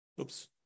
Oops